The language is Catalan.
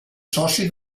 soci